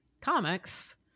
comics